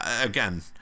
again